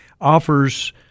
offers